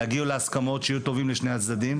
להגיע להסכמות שיהיו טובים לשני הצדדים,